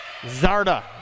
Zarda